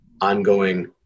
ongoing